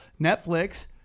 netflix